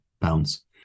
pounds